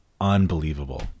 unbelievable